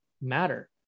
matter